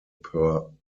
per